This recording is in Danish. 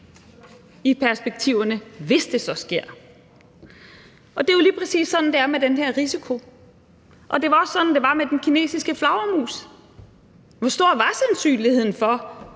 i perspektiverne, hvis det så sker. Det er lige præcis sådan, det er med den her risiko, og det var også sådan, det var med den kinesiske flagermus. Hvor stor var sandsynligheden for,